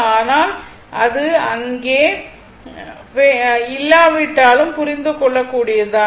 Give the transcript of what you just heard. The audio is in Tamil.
ஆனால் அது அங்கே இல்லாவிட்டாலும் புரிந்து கொள்ளக் கூடியது தான்